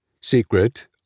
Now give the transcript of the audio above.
Secret